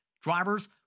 drivers